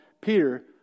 Peter